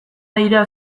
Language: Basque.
dira